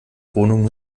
wohnung